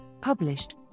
published